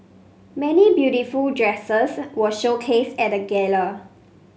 many beautiful dresses were showcased at gala